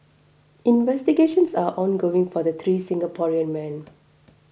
investigations are ongoing for the three Singaporean men